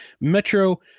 Metro